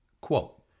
Quote